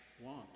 want